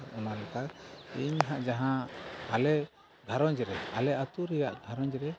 ᱟᱨ ᱚᱱᱟ ᱞᱮᱠᱟ ᱤᱧ ᱦᱟᱸᱜ ᱡᱟᱦᱟᱸ ᱟᱞᱮ ᱜᱷᱟᱨᱚᱸᱡᱽ ᱨᱮ ᱟᱞᱮ ᱟᱹᱛᱩ ᱨᱮᱭᱟᱜ ᱜᱷᱟᱨᱚᱸᱡᱽ ᱨᱮ